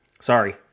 Sorry